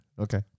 Okay